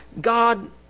God